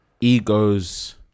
egos